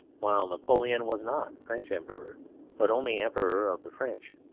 while napoleon was not french emperor but only emperor of the french.